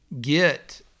get